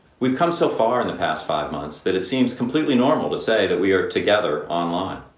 we've come so far in the past five months that it seems completely normal to say that we are together online.